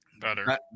better